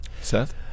Seth